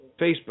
Facebook